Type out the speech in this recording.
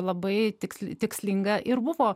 labai tiksliai tikslinga ir buvo